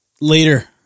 later